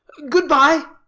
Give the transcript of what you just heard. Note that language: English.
good-bye.